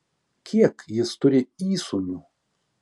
kiek jis turi įsūnių